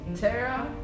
Tara